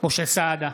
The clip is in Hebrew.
משה סעדה,